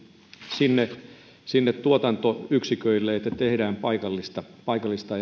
sinne sinne tuotantoyksiköille että tehdään paikallista paikallista